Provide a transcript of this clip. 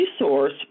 resource